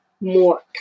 more